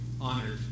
honored